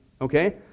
Okay